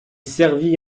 servit